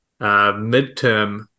midterm